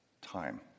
time